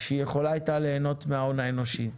שהיא יכולה הייתה ליהנות מההון האנושי.